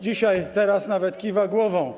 Dzisiaj, teraz nawet kiwa głową.